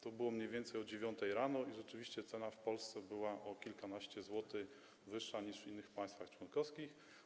To było mniej więcej o godz. 9 rano i rzeczywiście cena w Polsce była o kilkanaście złotych wyższa niż w innych państwach członkowskich.